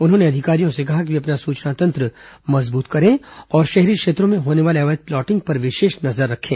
उन्होंने अधिकारियों से कहा कि वे अपना सूचना तंत्र मजबूत करें और शहरी क्षेत्रों में होने वाले अवैध प्लाटिंग पर विशेष नजर रखें